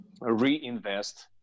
reinvest